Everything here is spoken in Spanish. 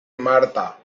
marta